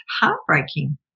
heartbreaking